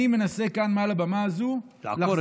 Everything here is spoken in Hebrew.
אני מנסה כאן מעל הבמה הזו, לעקור את זה.